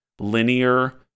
linear